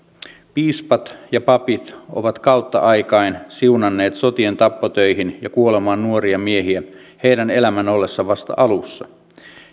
piispat ja papit ovat kautta aikain siunanneet sotien tappotöihin ja kuolemaan nuoria miehiä heidän elämänsä ollessa vasta alussa